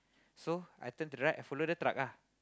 so I turn to the right I follow the truck lah